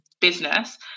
business